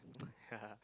yeah